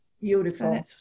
Beautiful